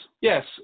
Yes